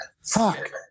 fuck